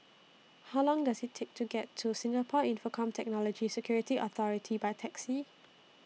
How Long Does IT Take to get to Singapore Infocomm Technology Security Authority By Taxi